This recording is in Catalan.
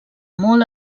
molt